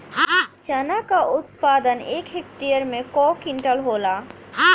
चना क उत्पादन एक हेक्टेयर में कव क्विंटल होला?